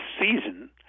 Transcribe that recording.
season